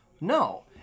No